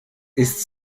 ist